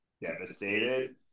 devastated